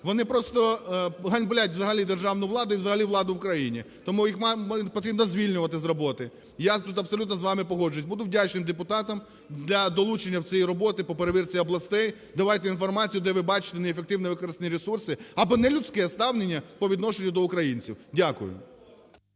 вони просто ганьблять взагалі державну владу і взагалі владу в країні. Тому їх потрібно звільнювати з роботи. Я тут абсолютно з вами погоджуюсь. Буду вдячний депутатам для долучення до цієї роботи по перевірці областей. Давайте інформацію, де ви бачите неефективно використані ресурси або нелюдське ставлення по відношенню до українців. Дякую.